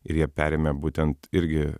ir jie perėmė būtent irgi